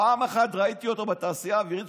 פעם אחת ראיתי אותו בתעשייה האווירית.